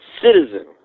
citizen